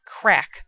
crack